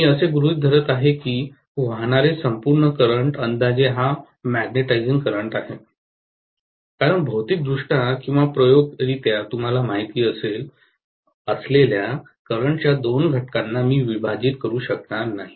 मी असे गृहीत धरत आहे की वाहणारे संपूर्ण करंट अंदाजे हा मॅग्नेटिझिंग करंट आहे कारण भौतिकदृष्ट्या किंवा प्रायोगिकरित्या तुम्हाला माहित असलेल्या करंटच्या दोन घटकांना मी विभाजित करू शकणार नाही